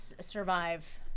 survive